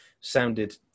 sounded